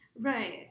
right